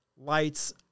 lights